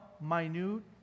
minute